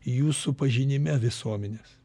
jūsų pažinime visuomenės